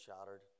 shattered